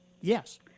Yes